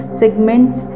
segments